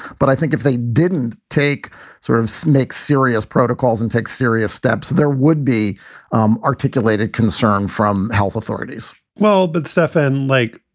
but i think if they didn't take sort of make serious protocols and take serious steps, there would be um articulated concern from health authorities well, but, stefan, like,